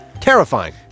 Terrifying